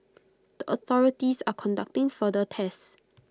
the authorities are conducting further tests